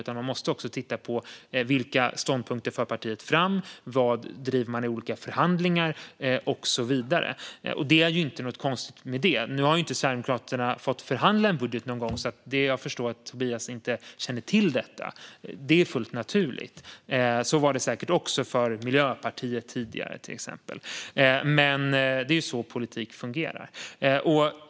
Man måste också titta på vilka ståndpunkter som partiet för fram, vad partiet driver i olika förhandlingar och så vidare. Det är inte något konstigt med det. Nu har Sverigedemokraterna inte fått förhandla en budget någon gång. Jag förstår därför att Tobias Andersson inte känner till detta. Det är fullt naturligt. Så var det säkert också för till exempel Miljöpartiet tidigare. Men det är så politik fungerar.